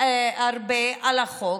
הרבה על החוק,